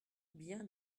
bien